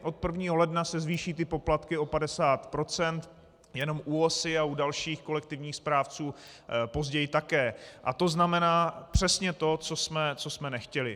Od 1. ledna se zvýší ty poplatky o 50 % jenom u OSA a dalších kolektivních správců později také a to znamená přesně to, co jsme nechtěli.